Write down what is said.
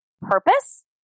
purpose